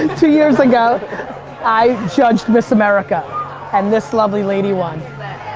two years ago i judged miss america and this lovely lady won.